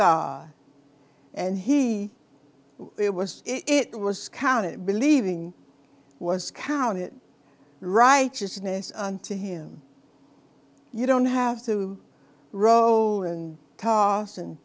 god and he it was it was counted believing was counted righteousness unto him you don't have to roll and toss and